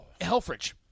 Helfrich